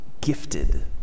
gifted